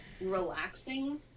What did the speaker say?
relaxing